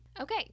Okay